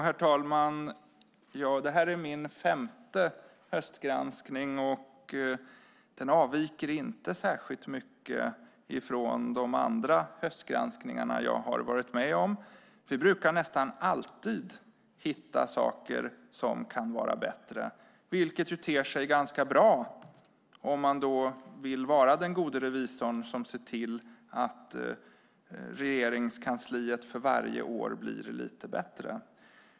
Herr talman! Det här är min femte höstgranskning. Den avviker inte särskilt mycket från övriga höstgranskningar som jag varit med om. Nästan alltid hittar vi saker som kan vara bättre, vilket ter sig ganska bra om man vill vara den gode revisorn som ser till att Regeringskansliet för varje år blir lite bättre.